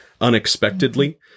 unexpectedly